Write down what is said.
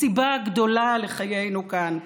הסיבה הגדולה לחיינו כאן,